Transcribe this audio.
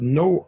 no